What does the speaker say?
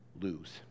lose